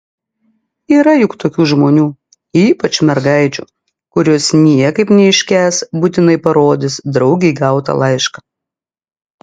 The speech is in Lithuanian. yra juk tokių žmonių ypač mergaičių kurios niekaip neiškęs būtinai parodys draugei gautą laišką